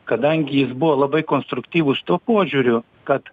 kadangi jis buvo labai konstruktyvūs tuo požiūriu kad